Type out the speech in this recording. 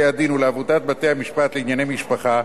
הדין ולעבודת בתי-המשפט לענייני משפחה,